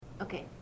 Okay